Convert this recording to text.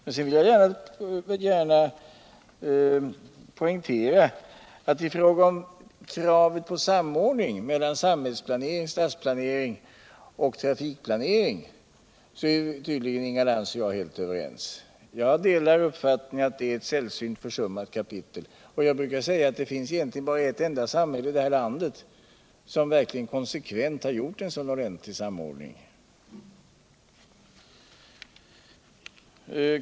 Jag vill gärna poängtera att i fråga om kravet på samma ordning mellan samhällsplanering, statsplanering och trafikplanering är tydligen Inga Lantz och jag helt överens. Jag delar uppfattningen att det är ett sällsynt försummat kapitel, och jag brukar säga att det egentligen bara finns ett enda samhälle i det här landet som verkligen konsekvent har gjort en ordentlig sådan samordning.